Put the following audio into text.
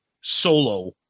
solo